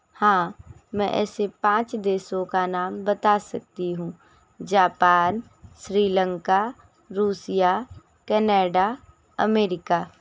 हाँ मैं ऐसे पाँच देशों का नाम बता सकती हूँ जापान श्रीलंका रूसया कनाडा अमेरिका